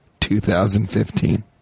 2015